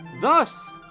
Thus